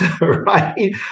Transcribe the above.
right